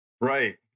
Right